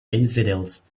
infidels